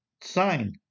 sign